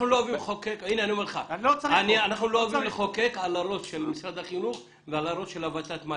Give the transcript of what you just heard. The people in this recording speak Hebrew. אנחנו לא אוהבים לחוקק על הראש של משרד החינוך ועל הראש של הות"ת/מל"ג,